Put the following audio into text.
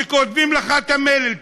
כשכותבים לך את המלל,